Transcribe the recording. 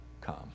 come